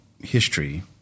history